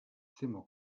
zimmer